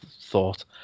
thought